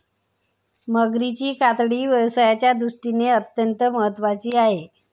मगरीची कातडी व्यवसायाच्या दृष्टीने अत्यंत महत्त्वाची आहे